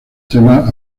temas